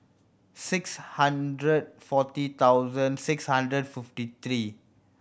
six hundred forty thousand six hundred fifty three